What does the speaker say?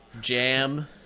jam